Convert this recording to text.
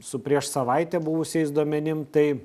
su prieš savaitę buvusiais duomenim tai